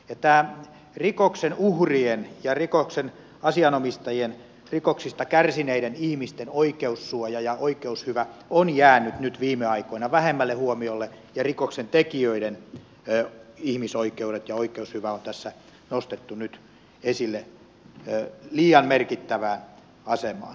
tämä rikoksen uhrien ja rikoksen asianomistajien rikoksista kärsineiden ihmisten oikeussuoja ja oikeushyvä on jäänyt nyt viime aikoina vähemmälle huomiolle ja rikoksentekijöiden ihmisoikeudet ja oikeushyvä on tässä nostettu nyt esille liian merkittävään asemaan